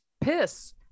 piss